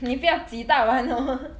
你不要挤到完 hor